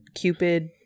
Cupid